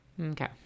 Okay